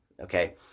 Okay